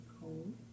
cold